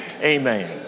Amen